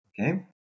okay